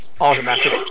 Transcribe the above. automatic